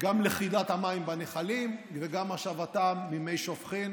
גם לכידת המים בנחלים וגם השבתם ממי שופכין.